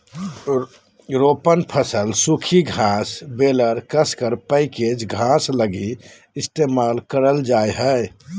रोपण फसल सूखी घास बेलर कसकर पैकेज घास लगी इस्तेमाल करल जा हइ